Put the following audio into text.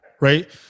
right